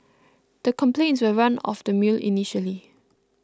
the complaints were run of the mill initially